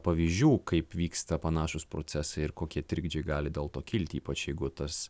pavyzdžių kaip vyksta panašūs procesai ir kokie trikdžiai gali dėl to kilti ypač jeigu tas